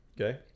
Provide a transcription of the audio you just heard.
Okay